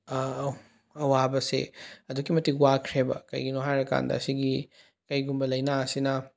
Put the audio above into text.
ꯑꯋꯥꯕꯁꯤ ꯑꯗꯨꯛꯀꯤ ꯃꯇꯤꯛ ꯋꯥꯈ꯭ꯔꯦꯕ ꯀꯩꯒꯤꯅꯣ ꯍꯥꯏꯔꯀꯥꯟꯗ ꯑꯁꯤꯒꯤ ꯀꯩꯒꯨꯝꯕ ꯂꯩꯅꯥ ꯑꯁꯤꯅ